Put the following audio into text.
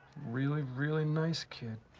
really, really nice kid.